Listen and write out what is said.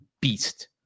beast